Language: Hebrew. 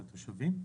לתושבים.